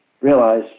realize